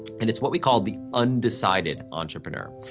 and it's what we call the undecided entrepreneur.